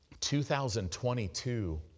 2022